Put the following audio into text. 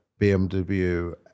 bmw